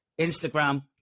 Instagram